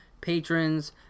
patrons